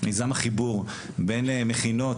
מיזם החיבור בין מכינות,